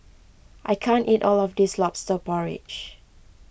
I can't eat all of this Lobster Porridge